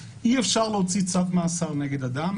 ע"י הסתייגות שנשים כדי שנוכל לקבל את זה במליאה.